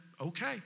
okay